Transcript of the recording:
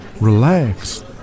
relax